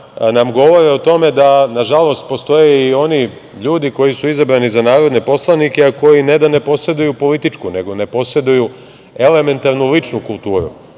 nam govore o tome da postoje i oni ljudi koji su izabrani za narodne poslanike, a koji ne da ne poseduju političku, nego ne poseduju elementarnu ličnu kulturu.